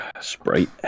sprite